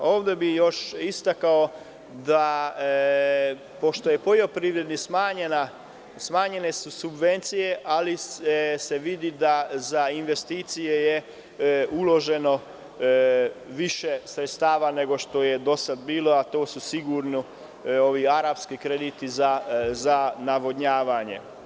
Ovde bih još istakao, pošto su poljoprivredi smanjene subvencije ali se vidi da za investicije je uloženo više sredstava nego što je do sada bilo, a to su sigurno ovi arapski krediti za navodnjavanje.